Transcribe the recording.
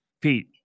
Pete